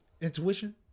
Intuition